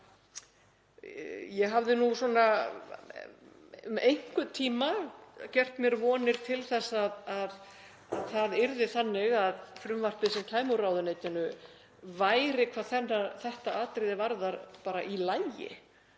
ég hafði nú um einhvern tíma gert mér vonir til þess að það yrði þannig að frumvarpið sem kæmi úr ráðuneytinu væri hvað þetta atriði varðar bara í lagi,